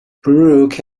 brooke